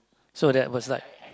so that was like